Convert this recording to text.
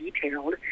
detailed